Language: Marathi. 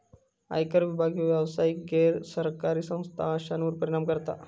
आयकर विभाग ह्यो व्यावसायिक, गैर सरकारी संस्था अश्यांवर परिणाम करता